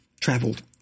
traveled